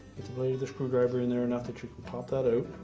place the screwdriver in there enough that you can pop that out